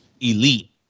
elite